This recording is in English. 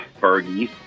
Fergie